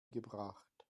gebracht